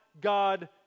God